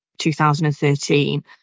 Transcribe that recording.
2013